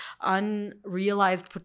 unrealized